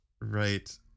Right